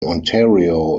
ontario